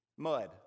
mud